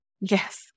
Yes